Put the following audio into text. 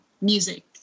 music